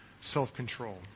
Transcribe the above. self-control